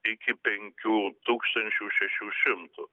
iki penkių tūkstančių šešių šimtų